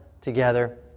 together